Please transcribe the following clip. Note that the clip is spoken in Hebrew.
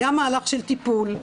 היה מהלך של טיפול,